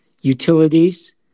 utilities